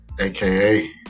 aka